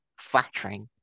flattering